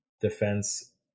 Defense